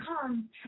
come